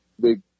big